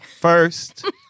First